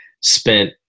spent